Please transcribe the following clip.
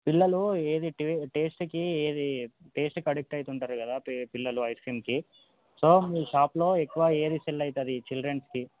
పిల్లలు ఏది టేస్ట్కి ఏది టేస్ట్కి అడిక్ట్ అవుతుంటారు కదా పిల్లలు ఐస్ క్రీమ్కి సో మీ షాప్లో ఎక్కువ ఏది సేల్ అవుతుంది చిల్డ్రన్స్కి